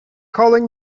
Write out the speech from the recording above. calling